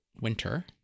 winter